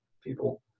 people